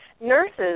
Nurses